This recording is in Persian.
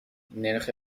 نرخ